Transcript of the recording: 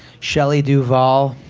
shelley duvall